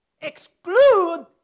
exclude